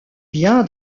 bien